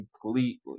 completely